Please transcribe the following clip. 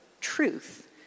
truth